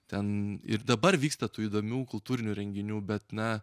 ten ir dabar vyksta tų įdomių kultūrinių renginių bet na